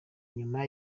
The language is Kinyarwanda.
nyuma